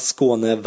Skåne